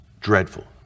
dreadful